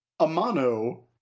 Amano